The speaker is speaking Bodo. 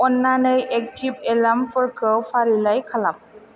अन्नानै एक्टिभ एलार्मफोरखौ फारिलाइ खालाम